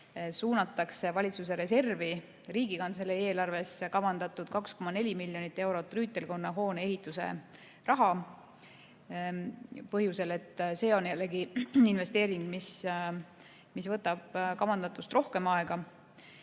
täpsustusena valitsuse reservi Riigikantselei eelarves kavandatud 2,4 miljonit eurot Rüütelkonna hoone ehituse raha põhjusel, et see on jällegi investeering, mis võtab kavandatust rohkem aega.